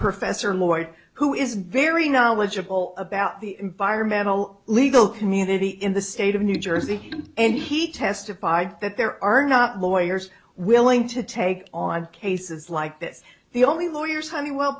professor morici who is very knowledgeable about the environmental legal community in the state of new jersey and he testified that there are not lawyers willing to take on cases like this the only lawyers honeywell